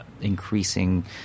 increasing